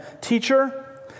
teacher